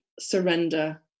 surrender